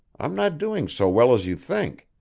i'm not doing so well as you think.